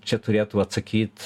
čia turėtų atsakyt